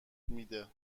میده